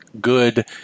good